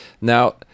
Now